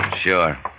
Sure